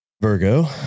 Virgo